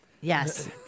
yes